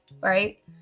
right